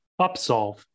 Upsolve